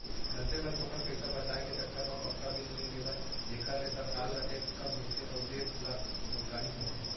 मनसे मन थोकन पइसा बचाय के चक्कर म पक्का बिल नइ लेवय जेखर ले सरकार ल टेक्स कम मिलथे अउ देस ल नुकसानी होथे